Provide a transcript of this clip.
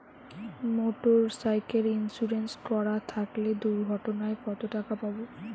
Motorcycle insurance করা থাকলে দুঃঘটনায় কতটাকা পাব?